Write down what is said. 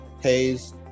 pays